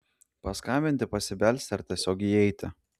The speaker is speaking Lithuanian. paskambinti pasibelsti ar tiesiog įeiti